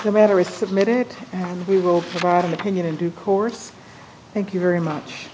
the matter is submitted and we will provide an opinion in due course thank you very much